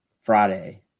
Friday